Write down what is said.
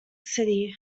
city